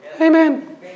Amen